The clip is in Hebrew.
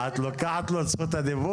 את לוקחת לו את זכות הדיבור?